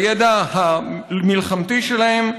בידע המלחמתי שלהם,